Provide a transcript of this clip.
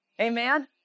Amen